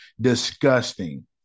Disgusting